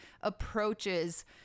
approaches